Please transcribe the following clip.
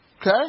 Okay